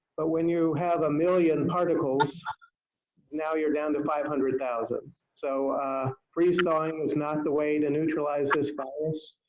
but when you have a million particles now you're down to five hundred thousand so freeze-thawing is not the way to neutralize this balance,